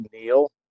Neil